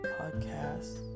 podcast